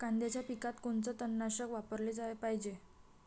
कांद्याच्या पिकात कोनचं तननाशक वापराले पायजे?